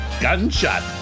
Gunshot